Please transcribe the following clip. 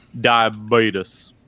diabetes